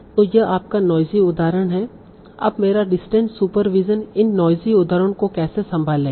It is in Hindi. तो यह आपका नोइज़ी उदाहरण है अब मेरा डिस्टेंट सुपर विज़न इन नोइज़ी उदाहरणों को कैसे संभालेगा